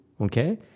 okay